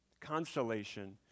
Consolation